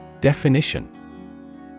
Definition